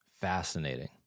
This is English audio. Fascinating